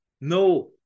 No